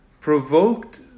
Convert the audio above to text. provoked